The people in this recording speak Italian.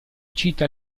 cita